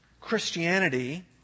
Christianity